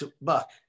Buck